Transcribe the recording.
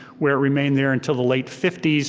where it remained there until the late fifty s.